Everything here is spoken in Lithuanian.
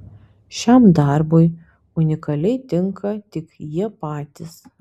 šiam darbui unikaliai tinka tik jie patys